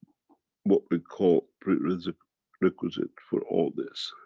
what we call, prerequisite prerequisite for all this.